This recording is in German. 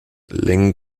bern